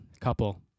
couple